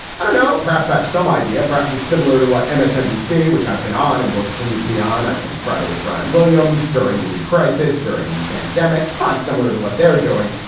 i don't know. perhaps i have some idea. perhaps it's similar to what msnbc, which i've been on and will continue to be on, i think friday with brian williams during the crisis, during the pandemic price, similar to what they're doing.